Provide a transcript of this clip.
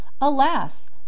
Alas